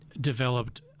developed